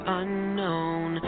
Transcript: unknown